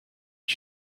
did